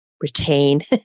retain